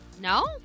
No